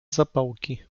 zapałki